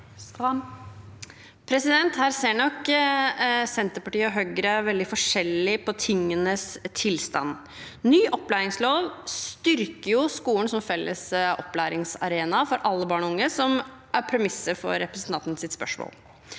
Her ser nok Senterpartiet og Høyre veldig forskjellig på tingenes tilstand. Ny opplæringslov styrker skolen som felles opplæringsarena for alle barn og unge, som er premisset for representantens spørsmål.